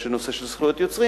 יש נושא של זכויות יוצרים,